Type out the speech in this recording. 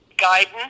guidance